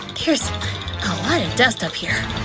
there's a lot of dust up here,